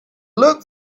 look